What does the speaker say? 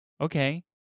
okay